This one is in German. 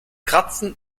kratzen